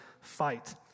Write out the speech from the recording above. fight